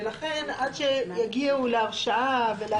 ולכן עד שיגיעו להרשעה ולהטלת הקנס,